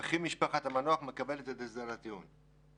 "וכי משפחת המנוח מקבלת את הסדר הטיעון".